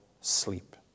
sleep